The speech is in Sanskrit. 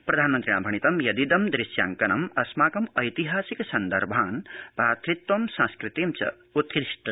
प्रधानमन्त्रिणा भणितं यदिदं दृश्यांकनम् अस्माकम् ऐतिहासिक सन्दर्भान् भ्रातृत्वं संस्कृतिं च उत्कृष्टतया सन्दर्शयति